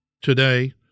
Today